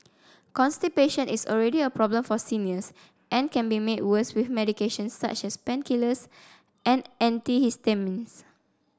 constipation is already a problem for seniors and can be made worse with medications such as painkillers and antihistamines